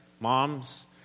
moms